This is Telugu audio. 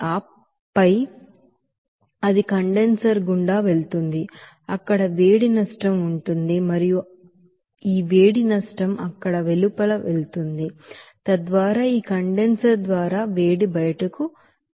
ఆపై అది కండెన్సర్ గుండా వెళుతుంది అక్కడ వేడి నష్టం ఉంటుంది మరియు ఈ వేడి నష్టం అక్కడ వెలుపల వెళుతుంది తద్వారా ఈ కండెన్సర్ ద్వారా వేడి బయటకు వెళుతుంది